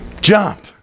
Jump